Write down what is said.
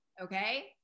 okay